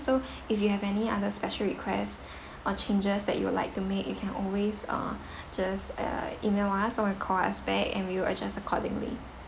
so if you have any other special requests or changes that you'd like to make you can always uh just uh E-mail us or may call us back and we'll adjust accordingly